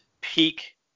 peak